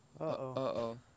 uh-oh